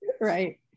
right